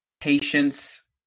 Patience